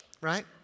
right